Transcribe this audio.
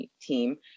team